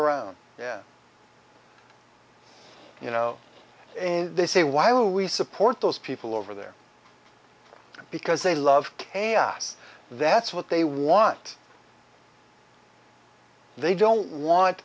around you know and they say why will we support those people over there because they love chaos that's what they want they don't want